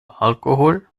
alkohol